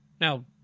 Now